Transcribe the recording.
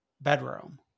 bedroom